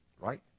right